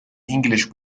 english